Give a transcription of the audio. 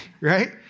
Right